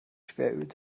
schweröl